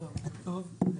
בוקר טוב.